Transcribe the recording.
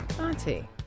Auntie